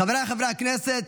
חבריי חברי הכנסת,